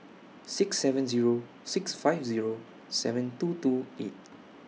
six seven Zero six five Zero seven two two eight